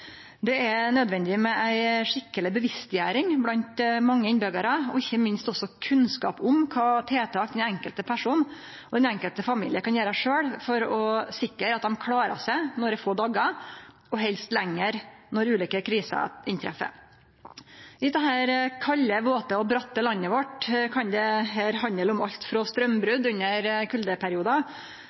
Det er nødvendig med ei skikkeleg bevisstgjering blant mange innbyggjarar og ikkje minst også kunnskap om kva tiltak den enkelte personen og den enkelte familien kan gjere sjølv for å sikre at dei klarar seg nokre få dagar – og helst lenger – når ulike kriser inntreffer. I dette kalde, våte og bratte landet vårt kan dette handle om alt frå straumbrot under